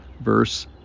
verse